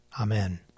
Amen